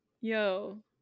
Yo